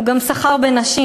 הוא גם סחר בנשים,